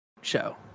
show